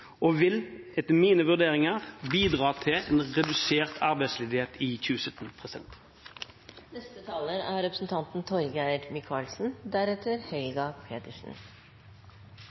og vil etter mine vurderinger bidra til redusert arbeidsledighet i